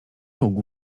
mógł